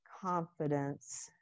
confidence